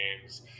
games